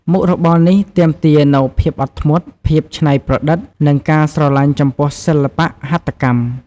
មុខរបរនេះទាមទារនូវភាពអត់ធ្មត់ ភាពច្នៃប្រឌិត និងការស្រលាញ់ចំពោះសិល្បៈហត្ថកម្ម។